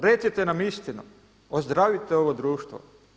Recite nam istinu, ozdravite ovo društvo.